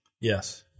Yes